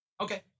Okay